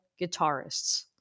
guitarists